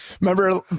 Remember